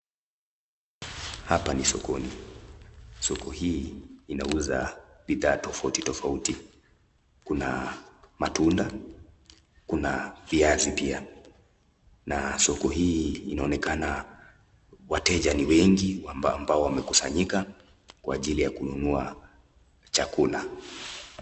Hapa ni sokoni, soko hii inauza bidhaa tofauti tofauti, kuna matunda, kuna viazi pia na soko hii inaonekana wateja ni wengi ambao wamekusanyika kwa ajili ya kununua chakula.